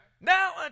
Now